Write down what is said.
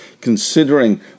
considering